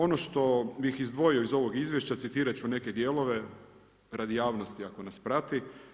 Ono što bih izdvojio iz ovog izvješća, citirati ću neke dijelove, radi javnosti ako nas prati.